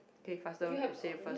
kay faster say first